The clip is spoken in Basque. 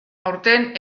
aurten